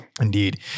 Indeed